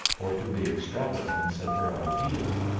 or to the extravagance of her ideas.